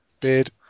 Beard